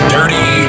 Dirty